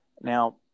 now